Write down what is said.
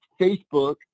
Facebook